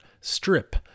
strip